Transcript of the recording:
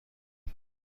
کنیم